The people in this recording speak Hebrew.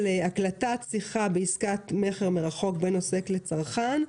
הקלטת שיחה בעסקת מכר מרחוק בין עוסק לצרכן,